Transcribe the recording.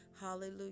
hallelujah